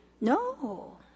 No